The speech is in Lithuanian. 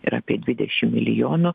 yra apie dvidešim milijonų